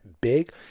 big